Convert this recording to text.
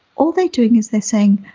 all they're doing is they're saying,